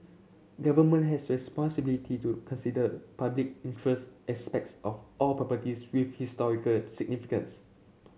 government has responsibility to consider public interest aspects of all properties with historical significance